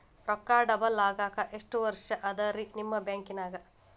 ರೊಕ್ಕ ಡಬಲ್ ಆಗಾಕ ಎಷ್ಟ ವರ್ಷಾ ಅದ ರಿ ನಿಮ್ಮ ಬ್ಯಾಂಕಿನ್ಯಾಗ?